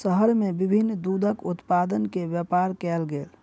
शहर में विभिन्न दूधक उत्पाद के व्यापार कयल गेल